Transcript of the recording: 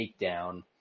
takedown